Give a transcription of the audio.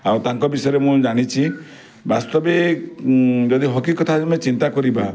ଆଉ ତାଙ୍କ ବିଷୟରେ ମୁଁ ଜାଣିଛି ବାସ୍ତବିକ ଯଦି ହକି କଥା ଆମେ ଚିନ୍ତା କରିବା